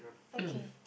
okay